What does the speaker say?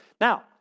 Now